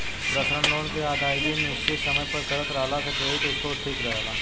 personal loan के अदायगी निसचित समय पर करत रहला से क्रेडिट स्कोर ठिक रहेला